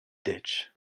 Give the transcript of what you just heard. ditch